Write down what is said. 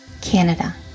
Canada